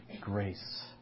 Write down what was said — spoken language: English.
grace